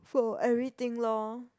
for everything lor